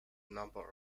number